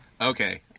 Okay